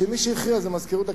שמי שהכריע זה מזכירות הכנסת,